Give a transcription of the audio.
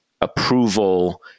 approval